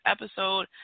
episode